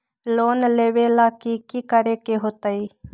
Loan लेबे ला की कि करे के होतई?